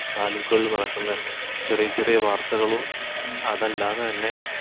താലൂക്കുകളില് നടക്കുന്നെ ചെറിയ ചെറിയ വാർത്തകളും അതല്ലാതെ തന്നെ